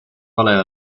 vale